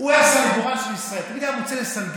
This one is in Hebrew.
הוא היה סנגורם של ישראל, תמיד היה מוצא לסנגר.